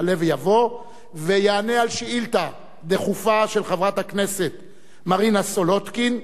יעלה ויבוא ויענה על שאילתא דחופה של חברת הכנסת מרינה סולודקין,